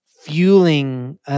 fueling